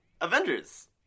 Avengers